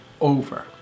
over